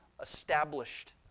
established